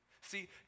See